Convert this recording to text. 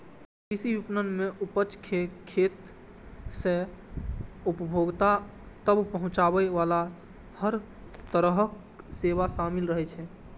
कृषि विपणन मे उपज कें खेत सं उपभोक्ता तक पहुंचाबे बला हर तरहक सेवा शामिल रहै छै